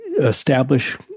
establish